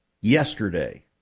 yesterday